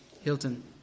Hilton